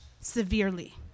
severely